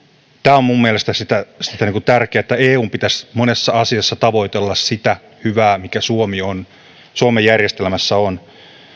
tämä on minun mielestäni tärkeää että eun pitäisi monessa asiassa tavoitella sitä hyvää mikä suomen järjestelmässä on